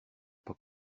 pas